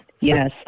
Yes